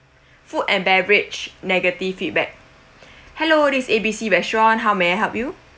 food and beverage negative feedback hello this A B C restaurant how may I help you